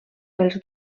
els